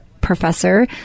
professor